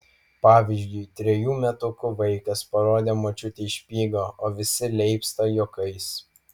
pavyzdžiui trejų metukų vaikas parodė močiutei špygą o visi leipsta juokais